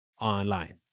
online